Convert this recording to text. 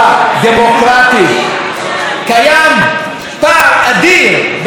קיים פער אדיר בין האופן שבו את מבינה את תפקידך,